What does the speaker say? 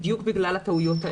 בדיוק בגלל הטעויות האלה.